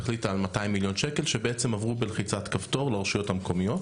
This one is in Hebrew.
החליטה על 200 מיליון ש"ח שבעצם עברו בלחיצת כפתור לרשויות המקומיות.